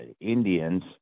Indians